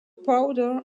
powder